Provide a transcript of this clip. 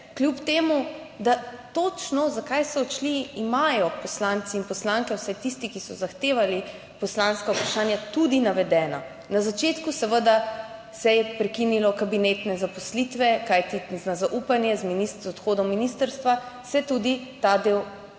kljub temu, da točno zakaj so odšli, imajo poslanci in poslanke, vsaj tisti, ki so zahtevali poslanska vprašanja, tudi navedena. Na začetku, seveda se je prekinilo kabinetne zaposlitve, kajti na zaupanje z odhodom ministrstva se tudi ta del zmanjša